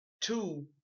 Two